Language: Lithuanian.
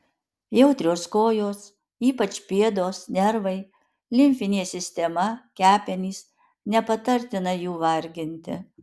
jautrios kojos ypač pėdos nervai limfinė sistema kepenys nepatartina jų varginti